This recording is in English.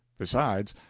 besides,